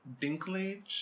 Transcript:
Dinklage